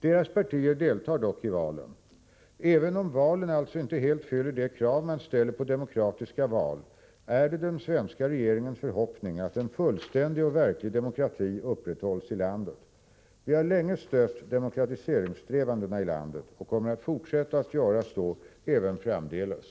Deras partier deltar dock i valen. Även om valen alltså inte helt fyller det krav man ställer på demokratiska val, är det den svenska regeringens förhoppning att en fullständig och verklig demokrati upprättas i landet. Vi har länge stött demokratiseringssträvandena i landet och kommer att fortsätta att göra så även framdeles.